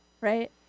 right